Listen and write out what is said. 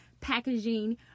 packaging